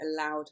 allowed